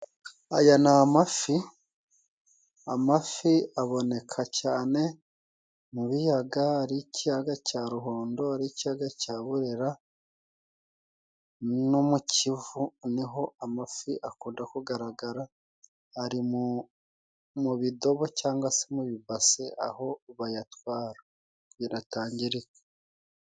Aya ni amafi, amafi aboneka cane mu biyaga, ari ikiyaga cya Ruhondo n'ikiyaga cya Burera no mu Kivu, niho amafi akunda kugaragara ,ari mu bidobo cyangwa se mu bibase aho bayatwara kugira atangirika.